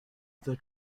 the